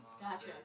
gotcha